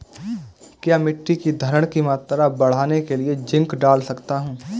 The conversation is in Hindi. क्या मिट्टी की धरण की मात्रा बढ़ाने के लिए जिंक डाल सकता हूँ?